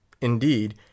Indeed